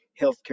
healthcare